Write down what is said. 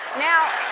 now,